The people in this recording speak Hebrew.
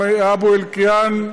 עם אבו אלקיעאן,